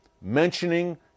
mentioning